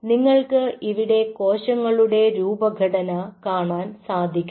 നിങ്ങൾക്ക് ഇവിടെ കോശങ്ങളുടെ രൂപഘടന കാണാൻ സാധിക്കണം